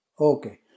Okay